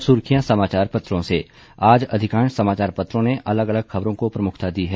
और अब सुर्खियां समाचार पत्रों से आज अधिकांश समाचार पत्रों ने अलग अलग खबरों को प्रमुखता दी है